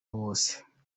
wose